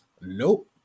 Nope